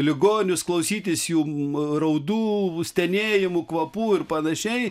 ligonius klausytis jų raudų stenėjimų kvapų ir panašiai